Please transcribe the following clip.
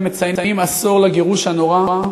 ומציינים עשור לגירוש הנורא,